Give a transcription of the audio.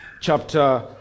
chapter